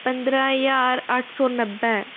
पंदरां ज्हार अट्ठ सौ नब्बै